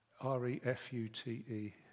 r-e-f-u-t-e